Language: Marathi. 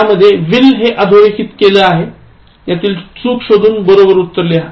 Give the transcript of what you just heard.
यामधेय will हे अधोरेखित केले आहे यातील चूक शोधून बरोबर उत्तर लिहा